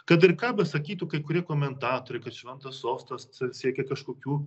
kad ir ką besakytų kai kurie komentatoriai kad šventas sostas siekia kažkokių